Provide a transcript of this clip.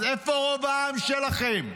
אז איפה רוב העם שלכם?